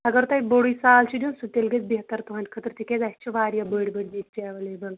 اگر تۄہہِ بوٚڑٕے سال چھُ دیُن سُہ تیٚلہِ گَژھہِ بہتر تُہنٛدِ خٲطرٕ تہِ کیازِ اسہِ چھُ وارِیاہ بٔڑ بٔڑ دیکچہٕ ایٚولیبٕل